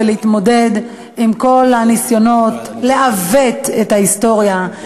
להתמודד עם כל הניסיונות לעוות את ההיסטוריה,